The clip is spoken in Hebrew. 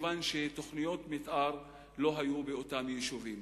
מכיוון שלא היו תוכניות מיתאר באותם יישובים,